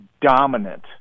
dominant